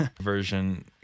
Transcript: version